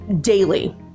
daily